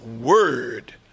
word